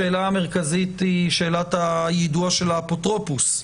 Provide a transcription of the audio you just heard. השאלה המרכזית היא שאלת היידוע של האפוטרופוס.